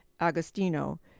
Agostino